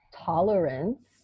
tolerance